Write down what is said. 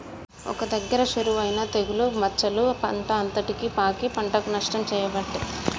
ఒక్క దగ్గర షురువు అయినా తెగులు మచ్చలు పంట అంతటికి పాకి పంటకు నష్టం చేయబట్టే